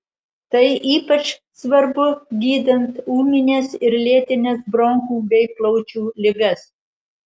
tai ypač svarbu gydant ūmines ir lėtines bronchų bei plaučių ligas